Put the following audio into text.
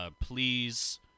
please